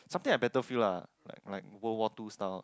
something like battlefield lah like World War Two style